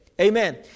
Amen